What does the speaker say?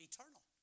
Eternal